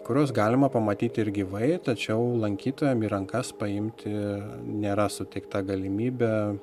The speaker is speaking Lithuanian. kuriuos galima pamatyti ir gyvai tačiau lankytojam į rankas paimti nėra suteikta galimybė